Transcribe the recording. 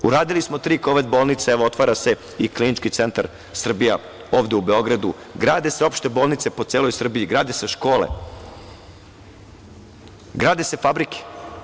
Uradili smo tri kovid bolnice, evo otvara se i Klinički centar Srbija ovde u Beogradu, grade se opšte bolnice u celoj Srbiji, grade se škole, grade se fabrike.